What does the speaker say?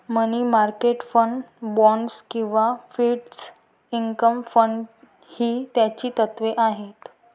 मनी market fund, bonds किंवा fixed income fund ही त्याची तत्त्वे आहेत